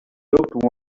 looked